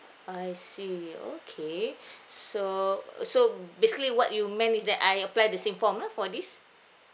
I see okay so uh so basically what you meant is that I apply the same form lah for this